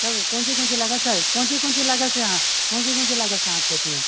तब कोन चीज कोन चीज लगल छै कोन चीज कोन चीज लगल छै अहाँ कोन चीज कोन चीज लगल छै अहाँके खेत मे